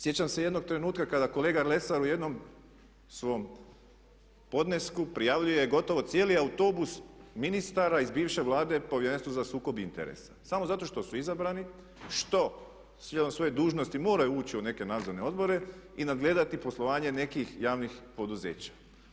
Sjećam se jednog trenutka kada je kolega Lesar u jednom svom podnesku prijavljuje gotovo cijeli autobus ministara iz bivše Vlade Povjerenstvu za sukob interesa samo zato što su izabrani, što slijedom svoje dužnosti moraju ući u neke nadzorne odbore i nadgledati poslovanje nekih javnih poduzeća.